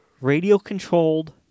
radio-controlled